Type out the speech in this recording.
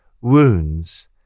Wounds